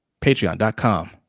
patreon.com